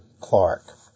Clark